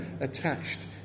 attached